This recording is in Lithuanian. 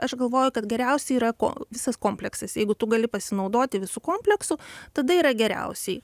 aš galvoju kad geriausia yra ko visas kompleksas jeigu tu gali pasinaudoti visu kompleksu tada yra geriausiai